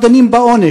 עכשיו דנים בעונש,